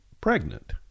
pregnant